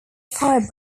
fire